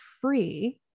free